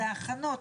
זה ההכנות,